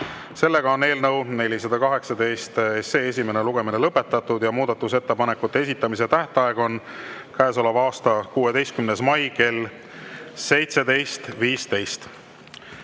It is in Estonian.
toetust. Eelnõu 418 esimene lugemine on lõpetatud. Muudatusettepanekute esitamise tähtaeg on käesoleva aasta 16. mai kell 17.15.